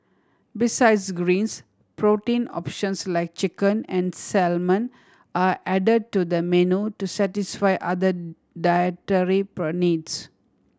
besides greens protein options like chicken and salmon are added to the menu to satisfy other dietary per needs